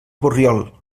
borriol